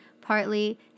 partly